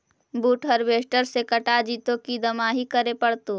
बुट हारबेसटर से कटा जितै कि दमाहि करे पडतै?